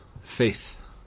faith